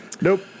Nope